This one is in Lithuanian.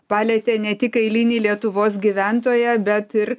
palietė ne tik eilinį lietuvos gyventoją bet ir